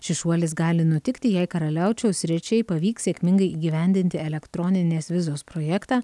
šis šuolis gali nutikti jei karaliaučiaus sričiai pavyks sėkmingai įgyvendinti elektroninės vizos projektą